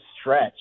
stretch